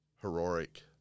heroic